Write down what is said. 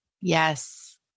yes